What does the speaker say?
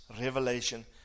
revelation